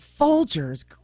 Folgers